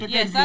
Yes